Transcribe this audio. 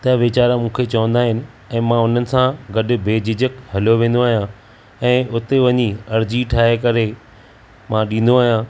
त वेचारा मूंखे चवंदा आहिनि ऐं मां हुननि सां गॾु बेझिझक हल्यो वेंदो आहियां ऐं हुते वञी अर्ज़ी ठाहे करे मां ॾींदो आहियां